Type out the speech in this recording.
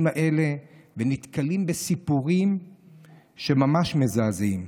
האלה נתקלים בסיפורים שממש מזעזעים.